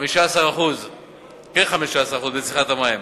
כ-15% בצריכת המים.